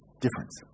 difference